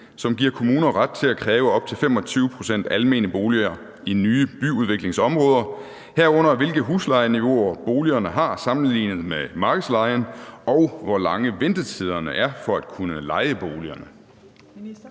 som giver kommuner ret til at kræve op til 25 pct. almene boliger i nye byudviklingsområder, herunder hvilke huslejeniveauer boligerne har sammenlignet med markedslejen, og hvor lange ventetiderne er for at kunne leje boligerne?